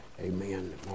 Amen